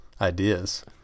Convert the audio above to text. ideas